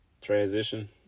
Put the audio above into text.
Transition